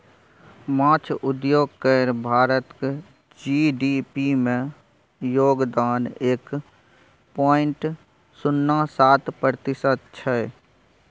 माछ उद्योग केर भारतक जी.डी.पी मे योगदान एक पॉइंट शुन्ना सात प्रतिशत छै